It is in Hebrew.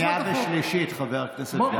שנייה ושלישית, חבר הכנסת גפני.